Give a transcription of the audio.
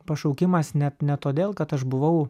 pašaukimas net ne todėl kad aš buvau